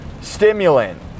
stimulant